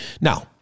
Now